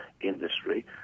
industry